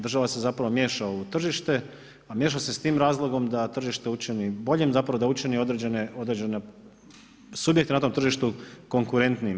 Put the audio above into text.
Država se zapravo miješa u tržište, a miješa se s tim razlogom da tržište učini boljim, zapravo da učini određene subjekte na tom tržištu konkurentnijim.